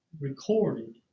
recorded